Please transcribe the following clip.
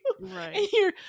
right